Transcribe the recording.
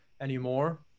anymore